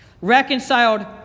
Reconciled